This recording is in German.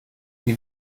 wie